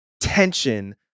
tension